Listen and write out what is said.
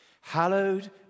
hallowed